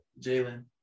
Jalen